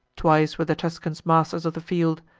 twice were the tuscans masters of the field,